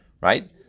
right